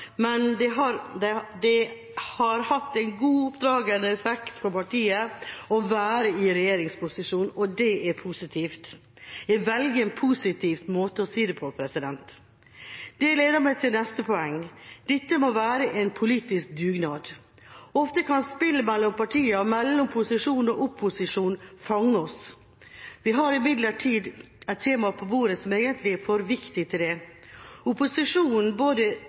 men det har hatt en god oppdragende effekt for partiet å være i regjeringsposisjon, og det er positivt. Jeg velger en positiv måte å si det på. Det leder meg til mitt neste poeng. Dette må være en politisk dugnad. Ofte kan spillet mellom partiene, mellom posisjon og opposisjon, fange oss. Vi har imidlertid et tema på bordet som egentlig er for viktig til det. Opposisjonen, både